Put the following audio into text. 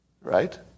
right